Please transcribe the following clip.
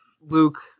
Luke